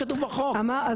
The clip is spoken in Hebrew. בחוק יסוד: